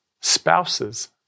Spouses